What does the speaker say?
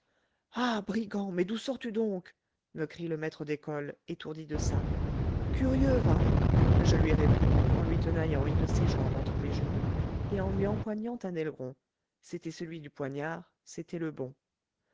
ah brigand mais d'où sors-tu donc me crie le maître d'école étourdi de ça curieux va que je lui réponds en lui tenaillant une de ses jambes entre mes genoux et en lui empoignant un aileron c'était celui du poignard c'était le bon